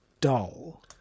dull